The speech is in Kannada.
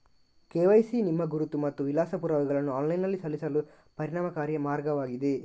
ಕೆ.ವೈ.ಸಿ ನಿಮ್ಮ ಗುರುತು ಮತ್ತು ವಿಳಾಸ ಪುರಾವೆಗಳನ್ನು ಆನ್ಲೈನಿನಲ್ಲಿ ಸಲ್ಲಿಸಲು ಪರಿಣಾಮಕಾರಿ ಮಾರ್ಗವಾಗಿದೆ